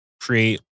create